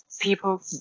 People